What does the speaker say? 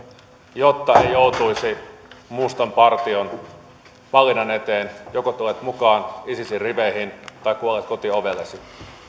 jotta ei joutuisi mustan partion valinnan eteen joko tulet mukaan isisin riveihin tai kuolet kotiovellesi